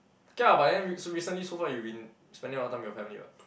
K ah but then rec~ so recently so far you've been spending a lot of time with your family [what]